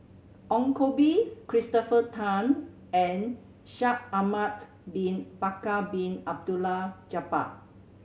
Ong Koh Bee Christopher Tan and Shaikh Ahmad Bin Bakar Bin Abdullah Jabbar